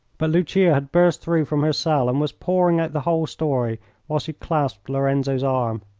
but lucia had burst through from her cell and was pouring out the whole story while she clasped lorenzo's arm.